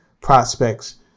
prospects